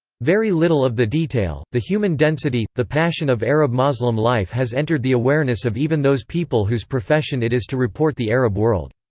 very little of the detail, the human density, the passion of arab-moslem life has entered the awareness of even those people whose profession it is to report the arab world.